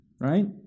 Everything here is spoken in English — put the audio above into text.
Right